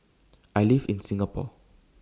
I live in Singapore